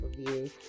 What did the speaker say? view